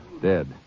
Dead